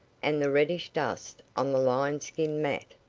and the reddish dust on the lion-skin mat.